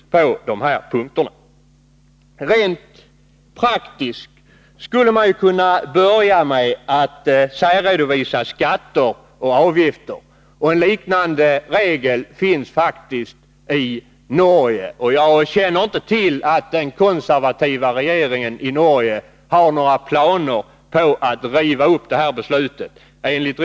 Rent praktiskt skulle man kunna börja med att särredovisa skatter och avgifter. En liknande regel finns faktiskt i Norge, och jag har inte hört att den konservativa regeringen där har några planer på att riva upp beslutet om det.